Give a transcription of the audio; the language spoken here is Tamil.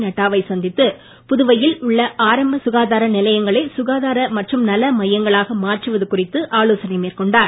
நட்டாவை சந்தித்து புதுவையில் உள்ள ஆரம்ப சுகாதார நிலையங்களை சுகாதார மற்றும் நல மையங்களாக மாற்றுவது குறித்து ஆலோசனை மேற்கொண்டார்